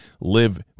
live